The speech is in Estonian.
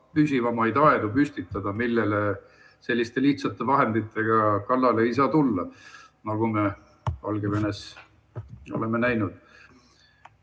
püsivamaid aedu püstitada, millele selliste lihtsate vahenditega kallale ei saa tulla, nagu me Valgevenes oleme näinud?